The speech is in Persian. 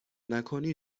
نکنی